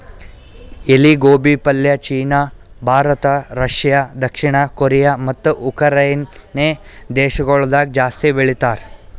ಎಲಿ ಗೋಬಿ ಪಲ್ಯ ಚೀನಾ, ಭಾರತ, ರಷ್ಯಾ, ದಕ್ಷಿಣ ಕೊರಿಯಾ ಮತ್ತ ಉಕರೈನೆ ದೇಶಗೊಳ್ದಾಗ್ ಜಾಸ್ತಿ ಬೆಳಿತಾರ್